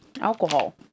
alcohol